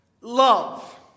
Love